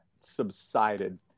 subsided